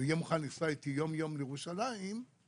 ויהיה מוכן לנסוע איתי יום יום לירושלים אין,